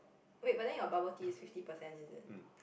wait but then your bubble tea is fifty percent is it